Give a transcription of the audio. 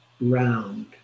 round